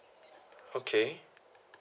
okay